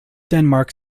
denmark